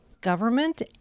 government